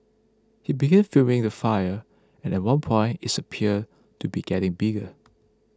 he began filming the fire and at one point it's appeared to be getting bigger